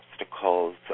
obstacles